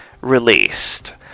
released